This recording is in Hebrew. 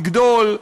לגדול,